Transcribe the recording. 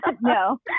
no